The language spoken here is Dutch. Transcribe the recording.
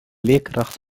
leerkracht